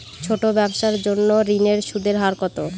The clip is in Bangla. ছোট ব্যবসার জন্য ঋণের সুদের হার কত?